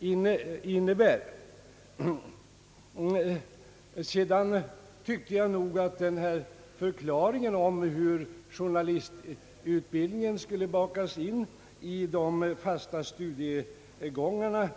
Vidare tyckte jag nog att den anförda förklaringen till hur journalistutbildningen skall bakas in i de fasta studiegångarna